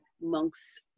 monks